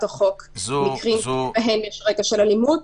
החוק מקרים בהם יש רקע של אלימות,